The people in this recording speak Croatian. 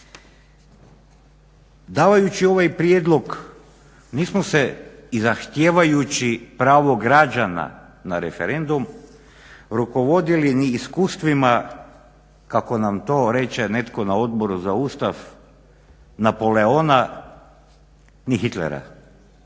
Davajući ovaj prijedlog mi smo se i zahtijevajući pravo građana na referendum rukovodili ni iskustvima kako nam to netko reče na Odboru za Ustav, Napoleona ni Hitlera